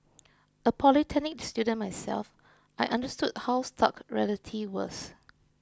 a polytechnic student myself I understood how stark reality was